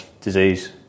Disease